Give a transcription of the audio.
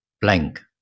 blank